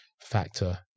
factor